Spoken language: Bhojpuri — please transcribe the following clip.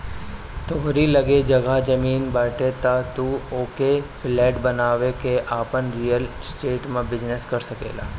तोहरी लगे जगह जमीन बाटे तअ तू ओपे फ्लैट बनवा के आपन रियल स्टेट में बिजनेस कर सकेला